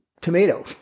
tomato